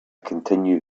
continue